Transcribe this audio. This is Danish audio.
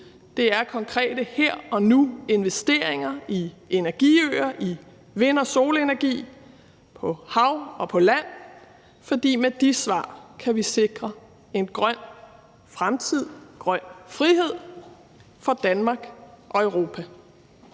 Det er konkrete her-og-nu-investeringer i energiøer og i vind- og solenergi på hav og på land, for med de svar kan vi sikre en grøn fremtid, en grøn frihed for Danmark og Europa.